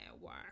work